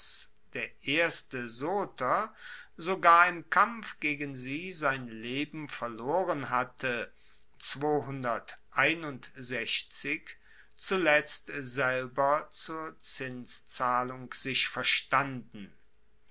antiochos i soter sogar im kampf gegen sie sein leben verloren hatte zuletzt selber zur zinszahlung sich verstanden